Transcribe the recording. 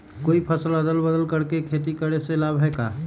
कोई फसल अदल बदल कर के खेती करे से लाभ है का?